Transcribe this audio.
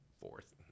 fourth